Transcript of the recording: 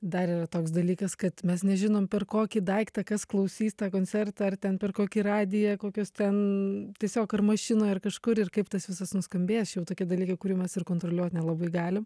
dar yra toks dalykas kad mes nežinom per kokį daiktą kas klausys tą koncertą ar ten per kokį radiją kokios ten tiesiog ar mašinoj ar kažkur ir kaip tas visas nuskambės jau tokie dalykai kūrių mes ir kontroliuot nelabai galim